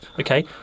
okay